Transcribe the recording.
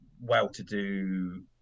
well-to-do